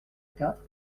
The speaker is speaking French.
quatre